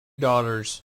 daughters